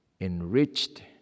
enriched